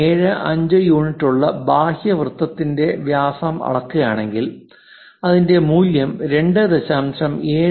75 unit ഉള്ള ബാഹ്യ വൃത്തത്തിന്റെ വ്യാസം അളക്കുകയാണെങ്കിൽ അതിന്റെ മൂല്യം 2